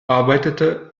arbeitete